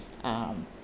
um